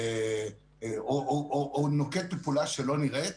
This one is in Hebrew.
או נוקט בפעולה שלא נראית,